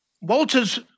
Walters